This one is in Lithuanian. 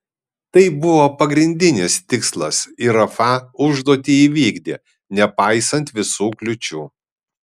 tai buvo pagrindinis tikslas ir rafa užduotį įvykdė nepaisant visų kliūčių